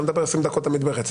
אתה מדבר תמיד עשרים דקות ברצף.